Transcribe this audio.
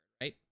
right